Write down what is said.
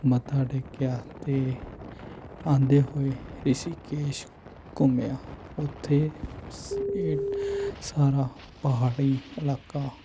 ਮੱਥਾ ਟੇਕਿਆ ਅਤੇ ਆਉਂਦੇ ਹੋਏ ਰਿਸ਼ੀਕੇਸ਼ ਘੁੰਮਿਆ ਉਥੇ ਇਹ ਸਾਰਾ ਪਹਾੜੀ ਇਲਾਕਾ